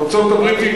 ארצות-הברית היא,